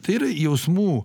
tai yra jausmų